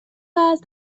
است